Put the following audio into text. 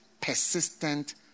persistent